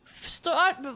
Start